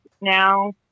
now